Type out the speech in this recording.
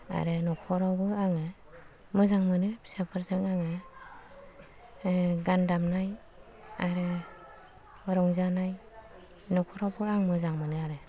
आरो न'खरावबो आङो मोजां मोनो फिसाफोरजों आङो गान दामनाय आरो रंजानाय न'खरावबो आं मोजां मोनो आरो